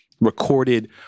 recorded